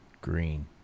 Green